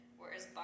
whereas